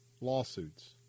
lawsuits